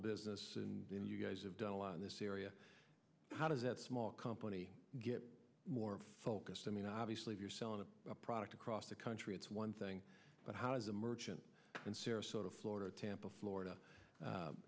business and you guys have done a lot in this area how does that small company get more focused i mean obviously if you're selling a product across the country it's one thing but how does a merchant in sarasota florida tampa florida